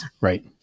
Right